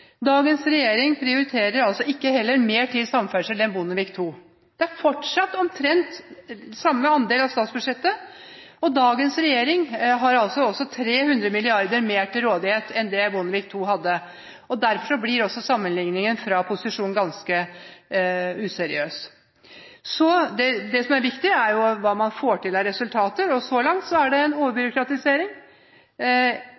Dagens regjering prioriterer heller ikke mer til samferdsel enn Bondevik II. Det er fortsatt omtrent samme andel av statsbudsjettet, og dagens regjering har også 300 mrd. kr mer til rådighet enn det Bondevik II hadde. Derfor blir sammenligningen fra posisjonen ganske useriøs. Det som er viktig, er jo hva man får til av resultater, og så langt er det en